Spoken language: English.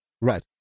Right